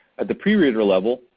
at the pre-reader level,